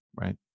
right